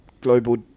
global